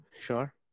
sure